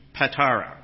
Patara